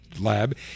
Lab